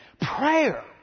Prayer